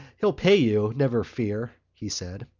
he'll pay you. never fear, he said.